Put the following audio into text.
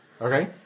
Okay